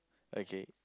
okay